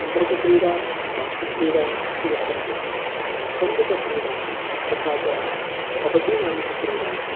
आन्तरिकक्रीडा बाह्यक्रीडा अपि वर्तन्ते कन्दुकक्रीडा तथा च कबड्डीनामकक्रीडा